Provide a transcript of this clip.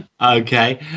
Okay